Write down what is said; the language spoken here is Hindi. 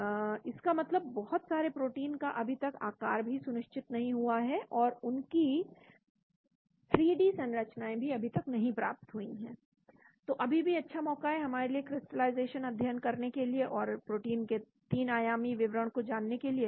तो इसका मतलब बहुत सारे प्रोटीन का अभी तक आकार भी सुनिश्चित नहीं हुआ है और उनकी 3D संरचनाएं भी अभी तक नहीं प्राप्त हुई हैं तो अभी भी अच्छा मौका है हमारे लिए क्रिस्टलाइजेशन अध्ययन करने के लिए और प्रोटीन के 3 आयामी विवरण को जानने के लिए